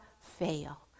fail